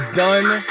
done